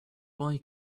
boy